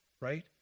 right